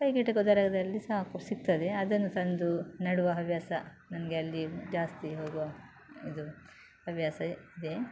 ಕೈಗೆಟಕುವ ದರದಲ್ಲಿ ಸಾಕು ಸಿಗ್ತದೆ ಅದನ್ನು ತಂದು ನೆಡುವ ಹವ್ಯಾಸ ನನಗೆ ಅಲ್ಲಿ ಜಾಸ್ತಿ ಹೋಗುವ ಇದು ಹವ್ಯಾಸ ಇದೆ